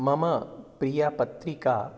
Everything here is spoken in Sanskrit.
मम प्रिया पत्रिका